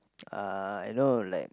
uh you know like